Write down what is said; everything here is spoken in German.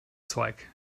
zeug